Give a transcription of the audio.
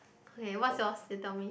okay what's yours you tell me